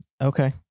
Okay